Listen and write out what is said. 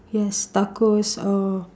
yes tacos or